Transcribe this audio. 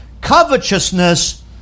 covetousness